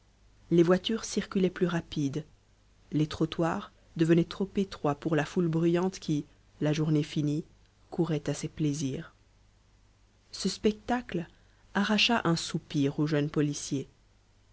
les voitures circulaient plus rapides les trottoirs devenaient trop étroits pour la foule bruyante qui la journée finie courait à ses plaisirs ce spectacle arracha un soupir au jeune policier